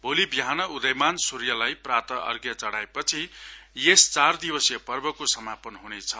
भोलि विहान उदयमान सूर्यलाई प्राप्तअर्ध्य चढ़ाएपछि यस चार दिवसिय पर्वको समापन हुनेछ